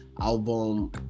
album